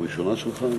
אני